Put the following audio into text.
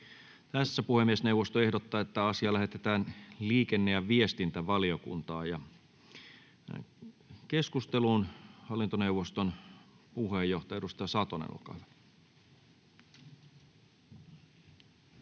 asia. Puhemiesneuvosto ehdottaa, että asia lähetetään liikenne‑ ja viestintävaliokuntaan. — Mennään keskusteluun. Hallintoneuvoston puheenjohtaja, edustaja Satonen, olkaa hyvä.